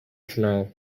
canal